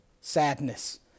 sadness